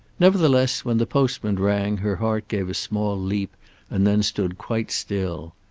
nevertheless when the postman rang her heart gave a small leap and then stood quite still.